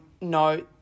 no